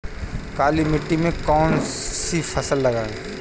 काली मिट्टी में कौन सी फसल लगाएँ?